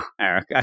Eric